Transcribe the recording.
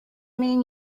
mean